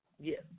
Yes